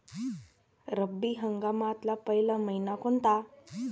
रब्बी हंगामातला पयला मइना कोनता?